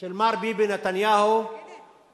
של מר ביבי נתניהו, נאזם,